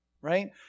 right